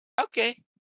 Okay